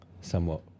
somewhat